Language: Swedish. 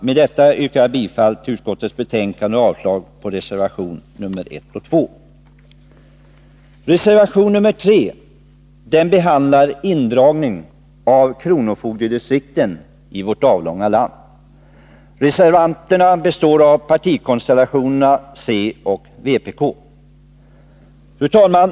Med detta yrkar jag bifall till utskottets hemställan på denna punkt och avslag på reservationerna nr 1 och 2. Fru talman!